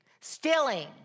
stealing